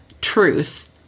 truth